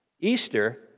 Easter